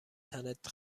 تنت